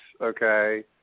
okay